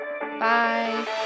Bye